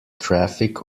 traffic